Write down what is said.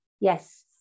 Yes